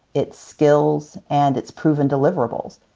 it's skills, and it's proven deliverables.